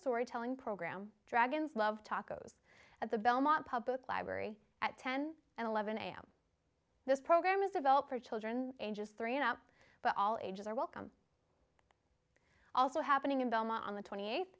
storytelling program dragon's love tacos at the belmont public library at ten and eleven am this program is developed for children ages three and up but all ages are welcome also happening in belmont on the twenty eighth